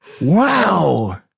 Wow